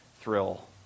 thrill